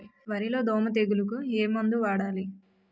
వరిలో దోమ తెగులుకు ఏమందు వాడాలి?